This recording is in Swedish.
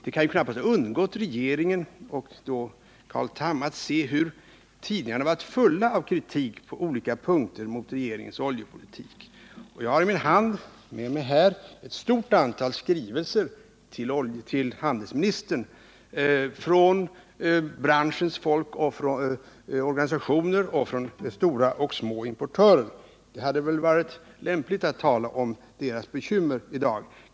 Det kan knappast ha undgått regeringen och — en Carl Tham att tidningarna har varit fulla av kritik på olika punkter när det gäller regeringens oljepolitik. Jag har här i min hand ett stort antal skrivelser till handelsministern från branschens folk, från organisationer och från stora och små importörer. Det hade väl varit lämpligt att tala om deras bekymmer i dag.